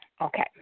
Okay